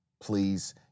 please